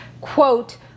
quote